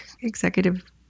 executive